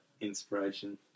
inspiration